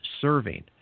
serving